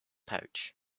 pouch